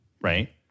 right